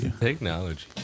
Technology